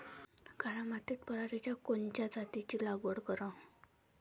काळ्या मातीत पराटीच्या कोनच्या जातीची लागवड कराव?